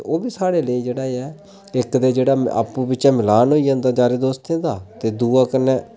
ओह्बी साढ़े लेई जेह्ड़ा ऐ ते इक्क ते जेह्ड़ा आपूं बिचें मलाप होई जंदा यारें दोस्तें दा ते दूआ कन्नै